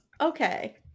Okay